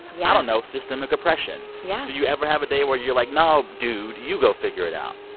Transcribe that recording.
yeah. i don't know, systemic oppression yeah do you ever have a day where you're, like, no, dude, you go figure it out?